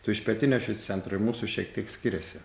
tu iš pietinio aš iš centro ir mūsų šiek tiek skiriasi